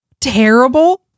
terrible